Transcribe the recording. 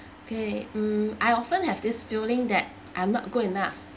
okay mm I often have this feeling that I'm not good enough